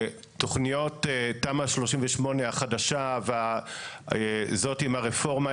תכניות תמ"א 38 החדשה וזאת עם הרפורמה,